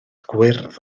gwyrdd